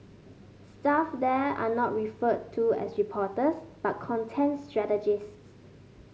staff there are not referred to as reporters but contents strategists